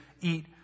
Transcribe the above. eat